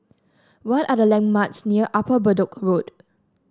what are the landmarks near Upper Bedok Road